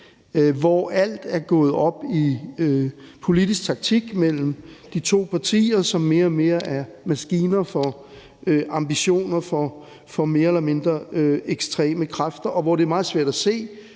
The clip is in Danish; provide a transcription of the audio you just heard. hvor alt er gået op i politisk taktik mellem de to partier, som mere og mere er maskiner for ambitioner for mere eller mindre ekstreme kræfter, og hvor det er meget svært at se,